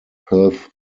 perth